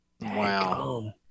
Wow